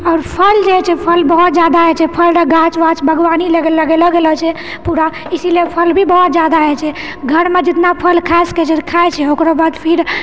आओर फल जे हइ छै फल बहुत जादा हइ छै फलके गाछ वाछ बागवानी लगेलो गेलो छै पूरा इसीलिए फल भी बहुत जादा हइ छै घरमे जितना फल खाए सकैत छै खाए छै ओकरो बाद फिर